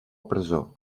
presó